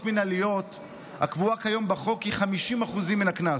מינהליות הקבועה כיום בחוק היא 50% מן הקנס,